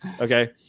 Okay